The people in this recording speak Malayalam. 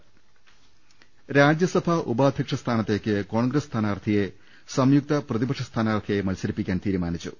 ്്്്്്് രാജ്യ സഭാ ഉപാ ധ്യക്ഷ സ്ഥാന ത്തേക്ക് കോൺഗ്ര സ് സ്ഥാനാർത്ഥിയെ സംയുക്ത പ്രതിപക്ഷ സ്ഥാനാർത്ഥിയായി മത്സരിപ്പിക്കാൻ തീരുമാനിച്ചു